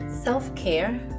Self-care